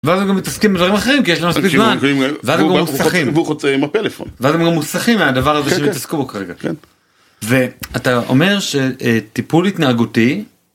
ואז הם גם מתעסקים עם דברים אחרים כי יש להם מספיק זמן ואז הם גם ממוסכים.. והוא חוצה עם הפלאפון. ואז הם ממוסכים מהדבר הזה שהם התעסקו כרגע. כן כן. ו.. אתה אומר שאה.. טיפול התנהגותי